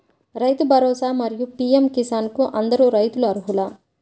రైతు భరోసా, మరియు పీ.ఎం కిసాన్ కు అందరు రైతులు అర్హులా?